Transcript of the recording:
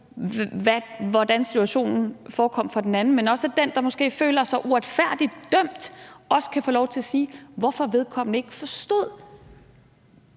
hvordan situationen forekom for den anden, men også at den, der føler sig uretfærdigt dømt, også kan få lov til at sige, hvorfor vedkommende ikke forstod